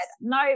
no